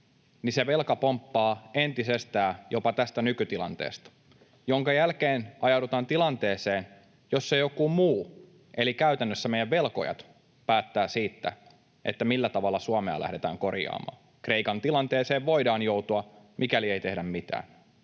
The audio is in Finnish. niin se velka pomppaa entisestään jopa tästä nykytilanteesta, minkä jälkeen ajaudutaan tilanteeseen, jossa joku muu, eli käytännössä meidän velkojamme, päättävät siitä, millä tavalla Suomea lähdetään korjaamaan. Kreikan tilanteeseen voidaan joutua, mikäli ei tehdä mitään.